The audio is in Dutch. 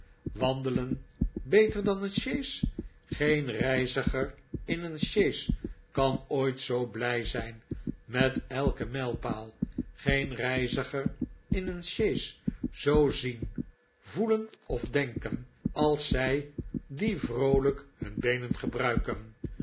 wandelen beter dan een sjees geen reiziger in een sjees kan ooit zoo blij zijn met elken mijlpaal geen reiziger in een sjees zoo zien voelen of denken als zij die vroolijk hun beenen gebruiken